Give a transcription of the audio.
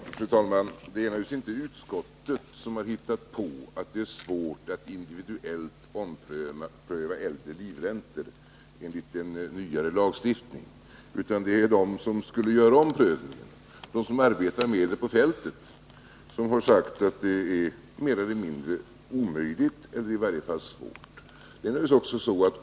Fru talman! Det är naturligtvis inte utskottet som har hittat på att det är svårt att individuellt ompröva äldre livräntor enligt den nyare lagstiftningen, utan det är de som skulle göra omprövningen, de som arbetar med detta på fältet, som har sagt att det är mer eller mindre omöjligt eller i varje fall svårt.